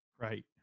Right